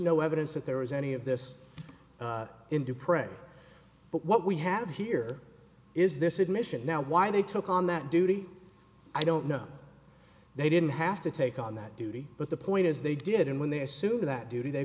no evidence that there was any of this in do prayer but what we have here is this admission now why they took on that duty i don't know they didn't have to take on that duty but the point is they did and when they assumed that duty they